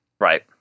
Right